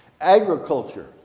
agriculture